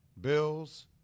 Bills